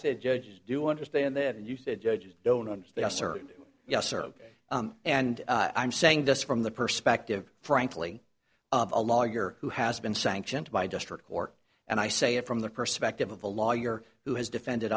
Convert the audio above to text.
said judges do understand that and you said judges don't understand sir yes sir and i'm saying this from the perspective frankly a lawyer who has been sanctioned by district court and i say it from the perspective of a lawyer who has defended